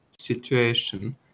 situation